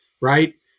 right